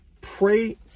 Pray